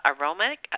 aromatic